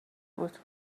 بود